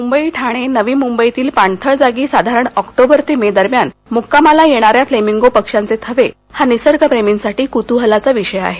मुंबई ठाणे नवी मुंबईतील पाणथळ जागी साधारण ऑक्टोबर ते मे दरम्यान मुक्कामाला येणाऱ्या फ्लेमिंगो पक्षांचे थवे हा निसर्गप्रेमींसाठी कुतूहलाचा विषय आहे